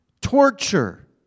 torture